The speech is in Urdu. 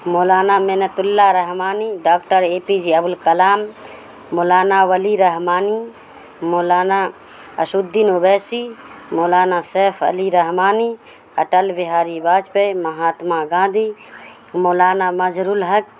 Maulana Minnat Ullah Rahmani doctor A P J Abul Kalam Maulana Wali Rahmani Maulana Asad Uddin Owaisi Maulana Saif Ali Rahmani Atal Bihari Vajpayee Mahatma Gandhi Maulana Mazhar ul Haq